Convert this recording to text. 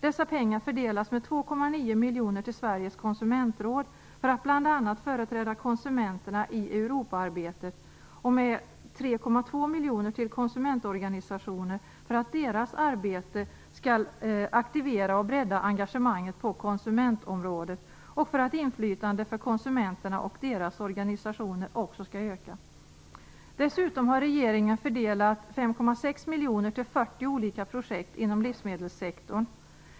Dessa pengar fördelas med 2,9 miljoner till Sveriges konsumentråd för att bl.a. företräda konsumenterna i Europaarbetet och med 3,2 miljoner till konsumentorganisationer för att deras arbete skall aktivera och bredda engagemanget på konsumentområdet och för att inflytandet för konsumenterna och deras organisationer också skall öka. Dessutom har regeringen fördelat 5,6 miljoner till 40 olika projekt inom livsmedelssektorn.